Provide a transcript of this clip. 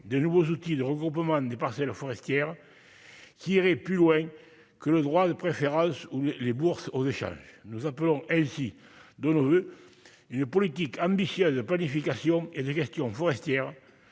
de nouveaux outils, le regroupement des parcelles forestières qui irait plus loin que le droit de préférence les bourses aux échanges nous appelons ainsi de nos voeux, il ne politique ambitieux, il y a pas unification et de gestion forestière,